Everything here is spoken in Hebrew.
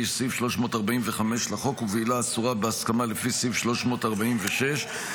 סעיף 345 לחוק ובעילה אסורה בהסכמה לפי סעיף 346 לחוק,